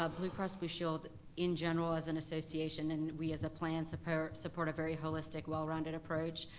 ah blue cross blue shield in general as an association and we as a plan support support a very holistic, well-rounded approach.